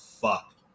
fuck